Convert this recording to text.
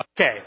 Okay